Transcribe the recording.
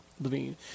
Levine